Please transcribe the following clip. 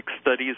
studies